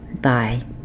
Bye